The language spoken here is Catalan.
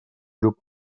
grup